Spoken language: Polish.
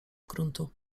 gruntu